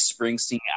Springsteen